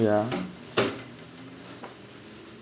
yeah